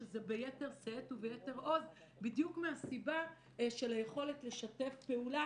שזה ביתר שאת וביתר עוז בדיוק מהסיבה של היכולת לשתף פעולה